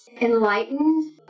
enlightened